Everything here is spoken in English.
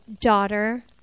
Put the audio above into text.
daughter